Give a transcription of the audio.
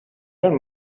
don’t